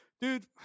Dude